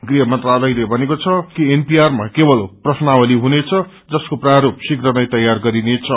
गृहमंत्रालयले भनेको छ कि एनपीआर मा केवल प्रश्नावाली हुनेछ जसको प्रास्थ्रीघ्र नै तयार गरिनेछ